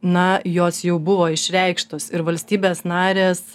na jos jau buvo išreikštos ir valstybės narės